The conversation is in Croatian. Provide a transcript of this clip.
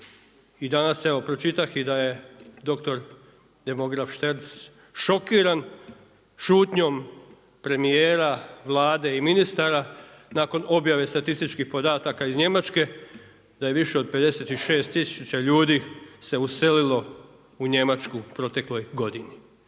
I danas, evo, pročitah i da je doktor, demograf Šterc šokiran šutnjom premjera, Vlade i ministara, nakon objave statističkih podataka iz Njemačke da je više od 56000 ljudi se uselilo u Njemačku u protekloj godini.